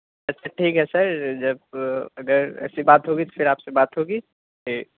اچھا ٹھیک ہے سر جب اگر ایسی بات ہوگی تو پھر آپ سے بات ہوگی جی